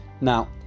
Now